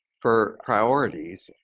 for priorities,